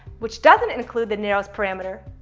which doesn't include the narrows parameter.